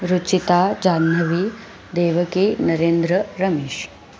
Ruchita Janhavi Devki Narendra Ramesh